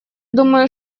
думаю